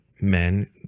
men